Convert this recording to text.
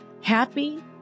happy